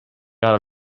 out